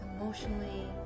emotionally